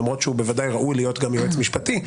למרות שהוא בוודאי ראוי להיות גם יועץ משפטי,